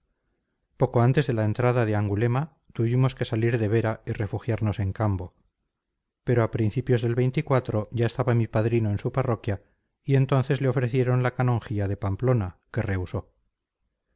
poco antes de la entrada de angulema tuvimos que salir de vera y refugiarnos en cambo pero a principios del ya estaba mi padrino en su parroquia y entonces le ofrecieron la canonjía de pamplona que rehusó